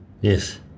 Yes